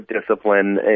discipline